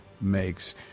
makes